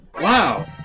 Wow